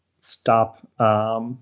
stop